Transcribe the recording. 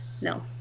No